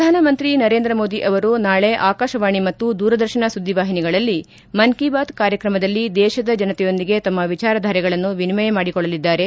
ಪ್ರಧಾನಮಂತ್ರಿ ನರೇಂದ್ರ ಮೋದಿ ಅವರು ನಾಳೆ ಆಕಾಶವಾಣಿ ಮತ್ತು ದೂರದರ್ತನ ಸುಧಿವಾಹಿನಿಗಳಲ್ಲಿ ಮನ್ ಕೀ ಬಾತ್ ಕಾರ್ಯಕ್ರಮದಲ್ಲಿ ದೇಶದ ಜನತೆಯೊಂದಿಗೆ ತಮ್ಮ ವಿಚಾರಧಾರೆಗಳನ್ನು ವಿನಿಮಯ ಮಾಡಿಕೊಳ್ಳಲಿದ್ದಾರೆ